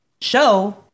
show